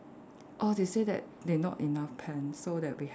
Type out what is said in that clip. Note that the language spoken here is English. orh they say that they not enough pens so that we have